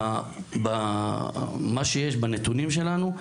עם מה שיש לנו לעבוד בנתונים שלנו,